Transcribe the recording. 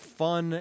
fun